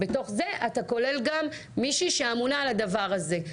בתוך זה אתה כולל גם מישהי שאמונה על הדבר הזה.